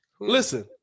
Listen